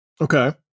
Okay